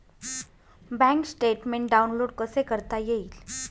Bank statement download कसे करता येईल?